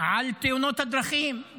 על תאונות הדרכים,